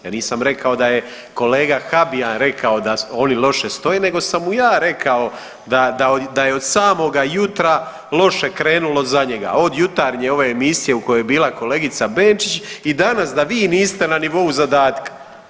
Ja nisam rekao da je kolega Habijan rekao da oni loše stoje, nego sam mu ja rekao da je od samoga jutra loše krenulo za njega, od jutarnje ove emisije u kojoj je bila kolegica Benčić i danas da vi niste na nivou zadatka.